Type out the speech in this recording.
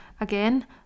again